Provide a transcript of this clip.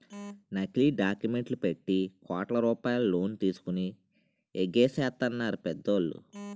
నకిలీ డాక్యుమెంట్లు పెట్టి కోట్ల రూపాయలు లోన్ తీసుకొని ఎగేసెత్తన్నారు పెద్దోళ్ళు